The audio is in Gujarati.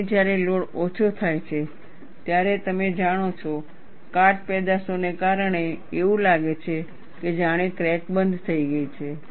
અને જ્યારે લોડ ઓછો થાય છે ત્યારે તમે જાણો છો કાટ પેદાશોને કારણે એવું લાગે છે કે જાણે ક્રેક બંધ છે